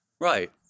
Right